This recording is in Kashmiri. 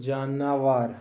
جاناوار